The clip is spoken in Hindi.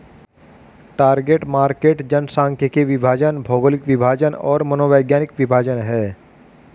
टारगेट मार्केट जनसांख्यिकीय विभाजन, भौगोलिक विभाजन और मनोवैज्ञानिक विभाजन हैं